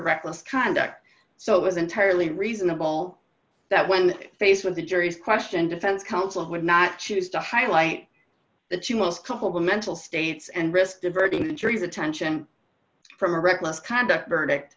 reckless conduct so it was entirely reasonable that when faced with a jury's question defense counsel would not choose to highlight that she was coupled with mental states and risk diverting the jury's attention from a reckless conduct verdict